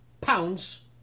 pounds